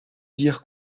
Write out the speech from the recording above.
dire